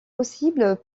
possible